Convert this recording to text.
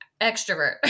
extrovert